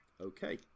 okay